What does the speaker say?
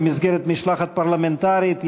במסגרת משלחת פרלמנטרית,